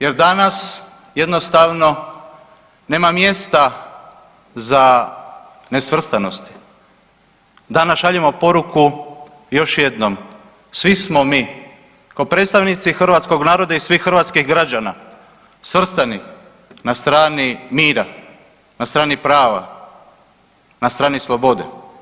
Jer danas jednostavno nema mjesta za nesvrstanosti, danas šaljemo poruku još jednom, svi smo mi kao predstavnici hrvatskog naroda i svih hrvatskih građana svrstani na strani mira, na strani prava, na strani slobode.